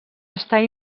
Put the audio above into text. estar